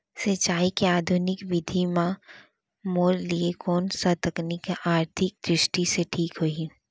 सिंचाई के आधुनिक विधि म मोर लिए कोन स तकनीक आर्थिक दृष्टि से ठीक होही?